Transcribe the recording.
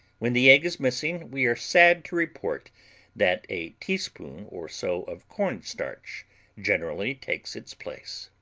when the egg is missing, we are sad to record that a teaspoon or so of cornstarch generally takes its place.